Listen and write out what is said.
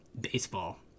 baseball